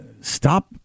Stop